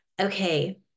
Okay